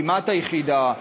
כמעט היחידה,